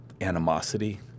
animosity